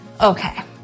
Okay